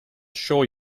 sure